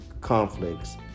conflicts